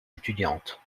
étudiantes